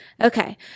Okay